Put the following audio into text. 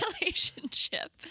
relationship